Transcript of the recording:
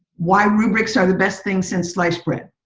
why rubrics are the best things since like but